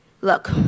Look